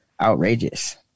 outrageous